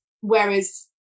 whereas